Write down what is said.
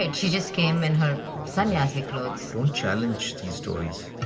and she just came in her sanyasi clothes. don't challenge these stories.